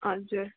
हजुर